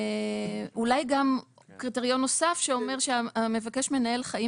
אולי גם קריטריון נוסף שאומר שהמבקש מנהל חיים